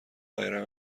برای